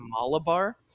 Malabar